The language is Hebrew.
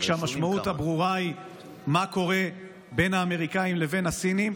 כשהמשמעות הברורה היא מה קורה בין האמריקאים לבין הסינים,